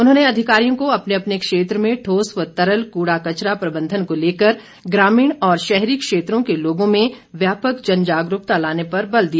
उन्होंने अधिकारियों को अपने अपने क्षेत्र में ठोस व तरल कूड़ा कचरा प्रबंधन को लेकर ग्रामीण और शहरी क्षेत्रों के लोगों में व्यापक जन जागरूकता लाने पर बल दिया